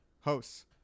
hosts